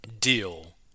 deal